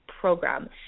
program